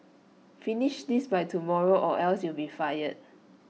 finish this by tomorrow or else you'll be fired